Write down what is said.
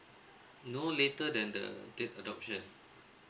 no later than the date adoption